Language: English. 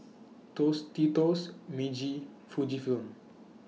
Tostitos Meiji Fujifilm